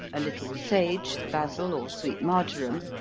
a little sage, basil, or sweet marjoram,